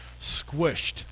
squished